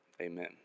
Amen